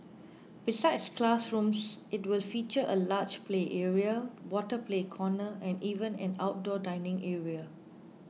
besides classrooms it will feature a large play area water play corner and even an outdoor dining area